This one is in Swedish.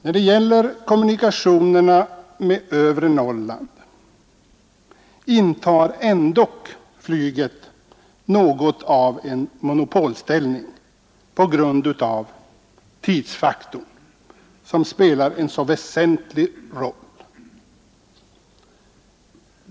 När det gäller kommunikationerna med övre Norrland intar ändock flyget något av en monopolställning på grund av tidsfaktorn, som spelar en så väsentlig roll.